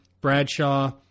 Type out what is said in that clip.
Bradshaw